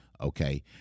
Okay